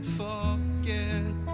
forget